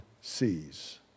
sees